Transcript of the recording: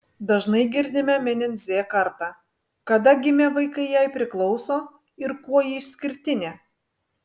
dažnai girdime minint z kartą kada gimę vaikai jai priklauso ir kuo ji išskirtinė